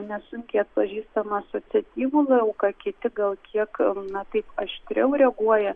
nesunkiai atpažįstamą asociatyvų lauką kiti gal kiek na taip aštriau reaguoja